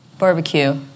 Barbecue